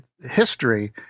history